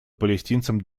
палестинцам